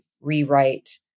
rewrite